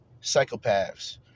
psychopaths